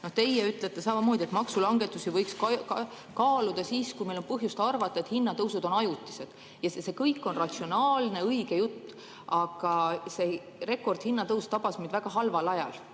Teie ütlete samamoodi, et maksulangetusi võiks kaaluda siis, kui meil on põhjust arvata, et hinnatõusud on ajutised. See kõik on ratsionaalne, õige jutt. Aga see rekordiline hinnatõus tabas meid väga halval ajal,